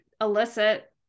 elicit